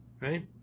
right